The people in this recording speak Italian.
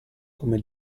come